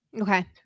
Okay